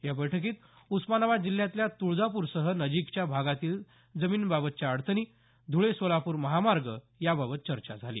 या बैठकीत उस्मानाबाद जिल्ह्यातल्या तुळजापूरसह नजिकच्या भागातील जमिनींबाबतच्या अडचणी धुळे सोलापूर महामार्ग याबाबत चर्चा झाली